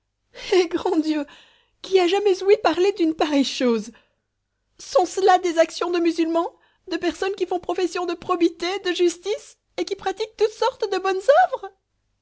grand dieu qui a jamais ouï parler d'une pareille chose sont-ce là des actions de musulmans de personnes qui font profession de probité de justice et qui pratiquent toutes sortes de bonnes oeuvres